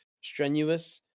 strenuous